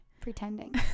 Pretending